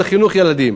זה חינוך ילדים.